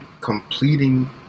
completing